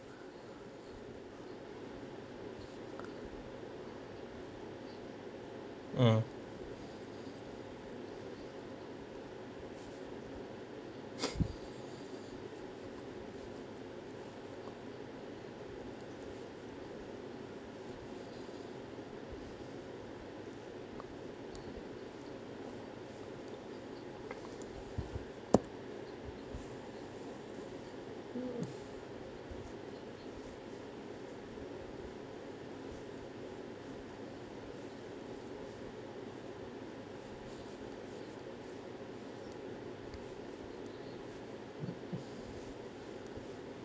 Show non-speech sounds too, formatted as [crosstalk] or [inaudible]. mm [noise]